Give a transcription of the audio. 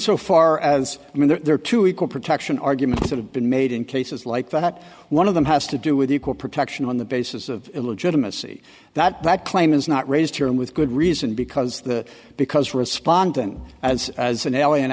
so far as i mean there are two equal protection argument been made in cases like that but one of them has to do with equal protection on the basis of illegitimacy that that claim is not raised here and with good reason because the because respondent as as an alien